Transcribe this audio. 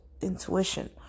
intuition